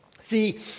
See